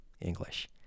English